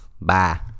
Bye